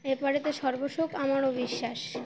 এপারেতে সর্বসুখ আমারও বিশ্বাস